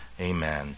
Amen